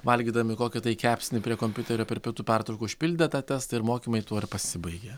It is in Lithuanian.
valgydami kokį kepsnį prie kompiuterio per pietų pertrauką užpildė tą testą ir mokymai tuo ir pasibaigė